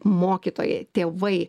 mokytojai tėvai